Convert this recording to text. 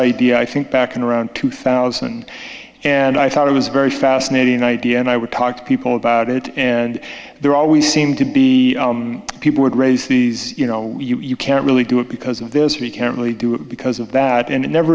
idea i think back in around two thousand and i thought it was a very fascinating idea and i would talk to people about it and there always seemed to be people would raise these you know you can't really do it because of this or you can't really do it because of that and it never